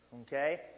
okay